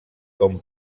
com